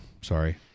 Sorry